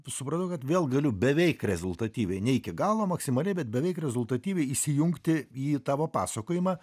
supratau kad vėl galiu beveik rezultatyviai ne iki galo maksimaliai bet beveik rezultatyviai įsijungti į tavo pasakojimą